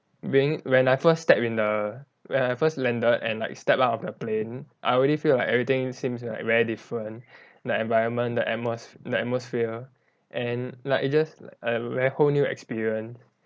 being when I first stepped in the when I first landed and like stepped out of the plane I already feel like everything seems like very different the environment the atmos~ the atmosphere and like it's just a whole new experience